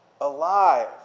alive